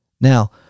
Now